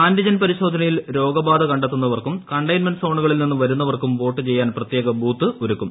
antigen പരിശോധനയിൽ രോഗബാധകണ്ടെത്തുന്നവർക്കും containment സോണുകളിൽ നിന്നു വരുന്നവർക്കും വ്യോട്ടു ്ട്ചയ്യാൻ പ്രത്യേക് ബൂത്ത് ഒരുക്കും